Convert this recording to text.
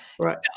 Right